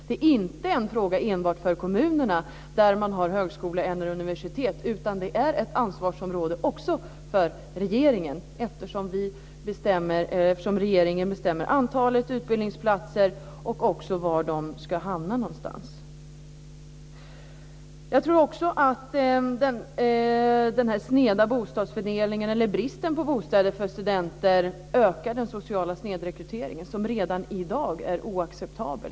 Det är inte en fråga enbart för de kommuner som har högskolor eller universitet, utan det är ett ansvarsområde också för regeringen, eftersom regeringen bestämmer antalet utbildningsplatser och var de ska hamna någonstans. Jag tror också att bristen på bostäder för studenter ökar den sociala snedrekryteringen, som redan i dag är oacceptabel.